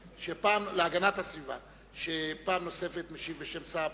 להגנת הסביבה, שפעם נוספת משיב בשם שר הפנים.